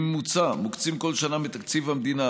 בממוצע מוקצים כל שנה מתקציב המדינה,